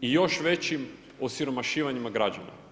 i još većim osiromašivanjima građana.